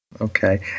Okay